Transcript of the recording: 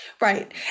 right